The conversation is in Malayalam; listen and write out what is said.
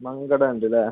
മങ്കട ഉണ്ട് അല്ലേ